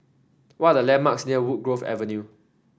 what are the landmarks near Woodgrove Avenue